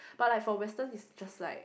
but like for Western is just like